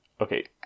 Okay